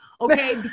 Okay